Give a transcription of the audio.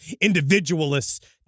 individualists